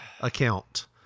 account